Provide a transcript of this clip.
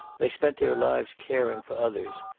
they spent their lives caring for others,